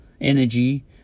energy